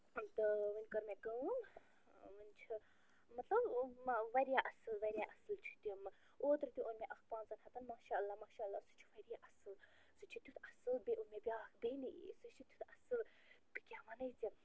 تہٕ وۅنۍ کٔر مےٚ کٲم وۅنۍ چھِ مطلب واریاہ اَصٕل واریاہ اَصٕل چھِ تِم اوترٕ تہِ اوٚن مےٚ اَکھ پانژَن ہَتَن ماشا اللہ ماشا اللہ سُہ چھُ واریاہ اَصٕل سُہ چھُ تٮُ۪تھ اَصٕل بیٚیہِ اوٚن مےٚ بیٛاکھ بیٚنہِ سُہ چھِ تٮُ۪تھ اَصٕل بہٕ کیاہ وَنَے ژےٚ